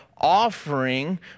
offering